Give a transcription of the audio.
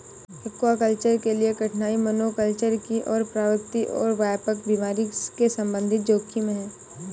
aquaculture के लिए कठिनाई मोनोकल्चर की ओर प्रवृत्ति और व्यापक बीमारी के संबंधित जोखिम है